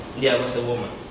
yeah, it was a woman.